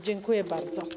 Dziękuję bardzo.